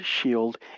shield